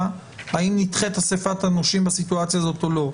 האם נדחית אסיפת הנושים בסיטואציה הזאת או לא.